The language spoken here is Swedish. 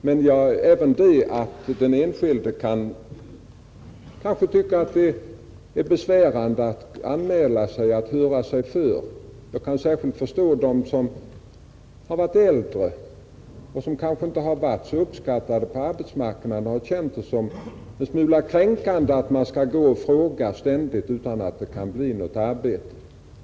Men jag förstår att den enskilde kan kanske tycka att det är besvärande att anmäla sig, att höra sig för om arbete. Jag kan särskilt förstå att de äldre, som inte har varit så uppskattade på arbetsmarknaden, kan känna det kränkande att ständigt gå och fråga utan att det kan bli något arbete.